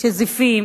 שזיפים,